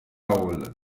hall